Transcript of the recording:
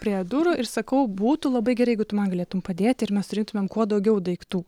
prie durų ir sakau būtų labai gerai jeigu tu man galėtum padėti ir mes turėtumėm kuo daugiau daiktų